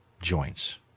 Joints